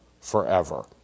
forever